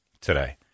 today